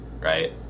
Right